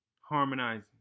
harmonizing